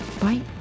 Bye